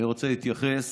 אני רוצה להתייחס